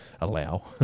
allow